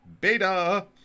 Beta